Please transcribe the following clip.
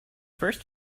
first